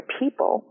people